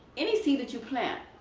any seed that you plant.